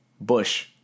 Bush